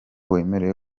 wemerewe